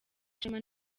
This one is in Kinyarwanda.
ishema